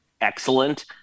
excellent